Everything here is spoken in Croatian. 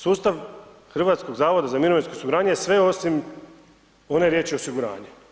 Sustav Hrvatskog zavoda za mirovinsko osiguranje je sve osim one riječi osiguranje.